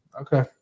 Okay